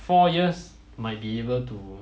four years might be able to